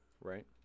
Right